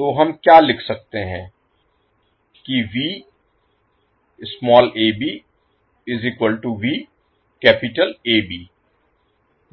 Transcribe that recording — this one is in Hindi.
तो हम क्या लिख सकते हैं कि